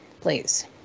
please